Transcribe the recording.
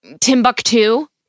Timbuktu